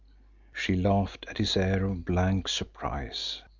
she laughed at his air of blank surprise.